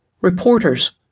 Reporters